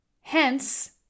Hence